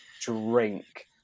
drink